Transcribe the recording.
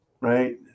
right